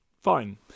fine